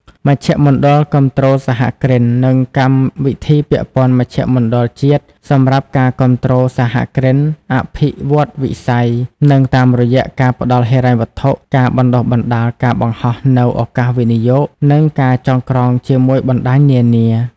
មជ្ឈមណ្ឌលគាំទ្រសហគ្រិន និងកម្មវិធីពាក់ព័ន្ធមជ្ឈមណ្ឌលជាតិសម្រាប់ការគាំទ្រសហគ្រិន អភិវឌ្ឍវិស័យ និង តាមរយៈការផ្ដល់ហិរញ្ញវត្ថុ ការបណ្តុះបណ្តាលការបង្ហោះនូវឱកាសវិនិយោគ និងការចងក្រងជាមួយ បណ្តាញនានា។